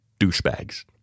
douchebags